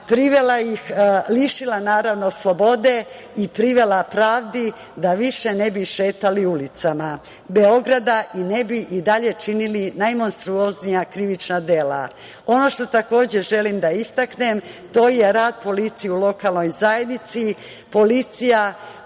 privela ih, lišila naravno slobode i privela pravdi da više ne bi šetali ulicama Beograda i ne bi i dalje činili najmonstruoznija krivična dela. Ono što takođe želim da istaknem to je rad policije u lokalnoj zajednici, policija